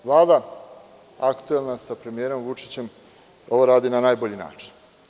Vlada, aktuelna, sa premijerom Vučićem ovo radi na najbolji način.